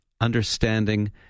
understanding